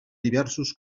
diversos